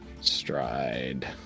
stride